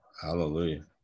Hallelujah